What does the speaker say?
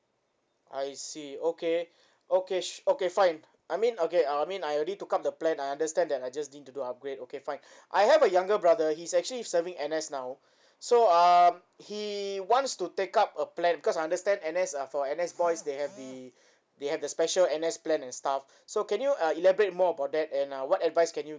I see okay okay su~ okay fine I mean okay uh I mean I already took up the plan I understand that I just need to do upgrade okay fine I have a younger brother he's actually serving N_S now so um he wants to take up a plan because I understand N_S uh for N_S boys they have the they have the special N_S plan and stuff so can you uh elaborate more about that and uh what advise can you